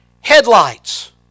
headlights